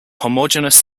homogeneous